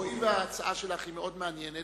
הואיל וההצעה שלך היא מאוד מעניינת,